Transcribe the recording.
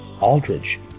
Aldridge